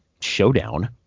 showdown